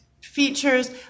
features